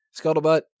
scuttlebutt